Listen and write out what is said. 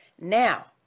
now